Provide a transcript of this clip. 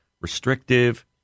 restrictive